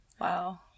wow